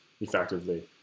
effectively